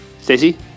Stacey